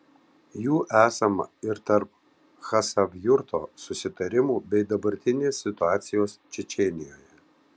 jų esama ir tarp chasavjurto susitarimų bei dabartinės situacijos čečėnijoje